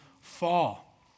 fall